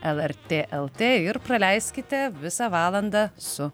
lrt lt ir praleiskite visą valandą su